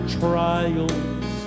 trials